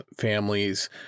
families